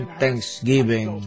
thanksgiving